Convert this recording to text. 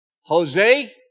Jose